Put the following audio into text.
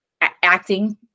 acting